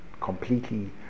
completely